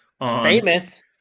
famous